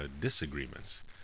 disagreements